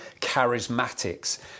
charismatics